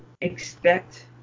expect